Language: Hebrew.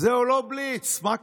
זהו לא בליץ, מה קרה?